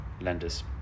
lenders